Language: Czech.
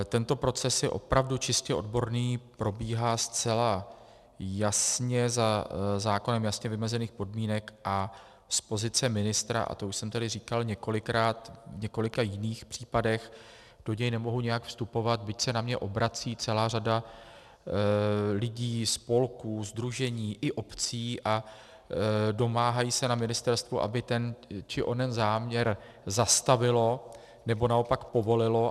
Tento proces je opravdu čistě odborný, probíhá zcela za zákonem jasně vymezených podmínek a z pozice ministra, a to už jsem tady říkal několikrát v několika jiných případech, do něj nemohu nijak vstupovat, byť se na mne obrací celá řada lidí, spolků, sdružení i obcí a domáhají se na ministerstvu, aby ten či onen záměr zastavilo, anebo naopak povolilo.